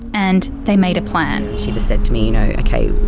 and they made a plan. she just said to me you know,